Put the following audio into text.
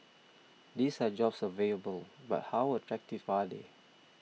these are jobs available but how attractive are they